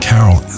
Carol